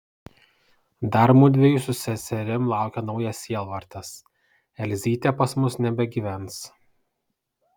dar mudviejų su seserim laukia naujas sielvartas elzytė pas mus nebegyvens